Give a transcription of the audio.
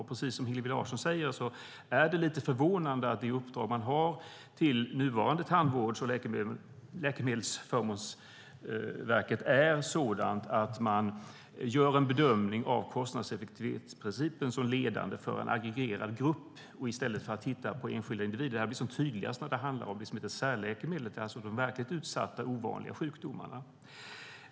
Och precis som Hillevi Larsson säger är det lite förvånande att det uppdrag man har på nuvarande Tandvårds och läkemedelsförmånsverket är sådant att man gör en bedömning av kostnadseffektivitetsprincipen som ledande för en aggregerad grupp i stället för att titta på enskilda individer. Det här blir som tydligast när det handlar om det som heter särläkemedel. Det är alltså de verkligt ovanliga sjukdomarna.